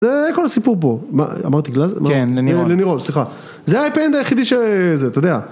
כל הסיפור פה אמרתי לנירון סליחה זה היה הפנדל היחידי שזה אתה יודע